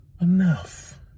Enough